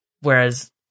whereas